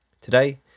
Today